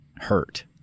hurt